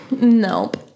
Nope